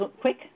quick